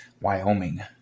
Wyoming